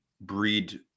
breed